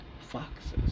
foxes